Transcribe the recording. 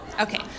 okay